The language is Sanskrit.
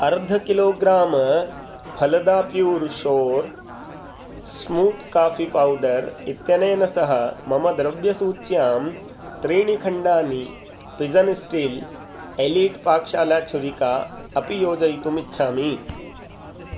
अर्ध किलोग्रां फलदा pure shore smooth coffee powder इत्यनेन सह मम द्रव्यसूच्यां त्रीणि खण्डानि पिज़न् स्टील् एलीट् पाकशाला छुरिका अपि योजयितुमिच्छामि